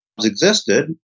existed